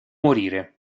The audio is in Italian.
morire